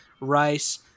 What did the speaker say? rice